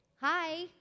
Hi